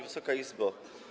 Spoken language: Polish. Wysoka Izbo!